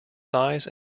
size